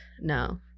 no